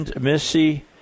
Missy